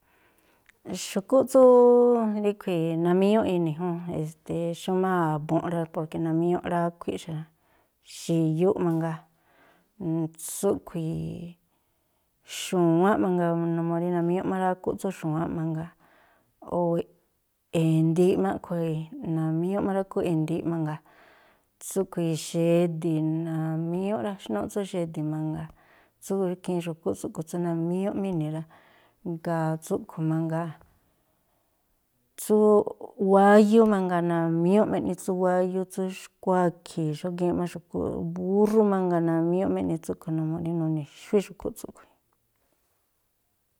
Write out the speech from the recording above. Xu̱kú tsú ríꞌkhui̱ namíñúꞌ namíñúꞌ ini̱ jún, e̱ste̱e̱, xú má a̱bu̱nꞌ rá, porke namíñúꞌ rákhuíꞌ xa rá, xi̱yúꞌ mangaa. tsúꞌkhui̱ xu̱wáánꞌ mangaa, numuu rí namíñúꞌ má rákhúꞌ tsú xu̱wáánꞌ mangaa, o̱ e̱ndi̱iꞌ má a̱ꞌkhui̱. Namíñúꞌ má rákhúꞌ e̱ndi̱iꞌ mangaa. Tsúꞌkhui̱, xedi̱, namíñúꞌ ráxnúꞌ tsú xedi̱ mangaa. Tsú ikhiin xu̱kúꞌ tsúꞌkhui̱ tsú namíñúꞌ má ini̱ rá. Jngáa̱ tsúꞌkhui̱ mangaa, tsú wáyú mangaa, namíñúꞌ má eꞌni tsú wáyú, tsú xkú akhi̱i̱, xógíínꞌ má xu̱kúꞌ, búrrú mangaa namíñúꞌ má eꞌni tsúꞌkhui̱, numuu rí nuni̱xuí xu̱kúꞌ tsúꞌkhui̱.